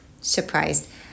surprised